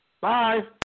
Bye